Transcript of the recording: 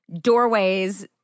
doorways